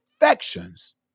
affections